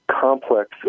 complex